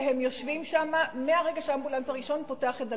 והם יושבים שם מהרגע שהאמבולנס הראשון פותח את דלתותיו.